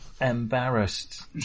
embarrassed